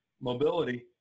Mobility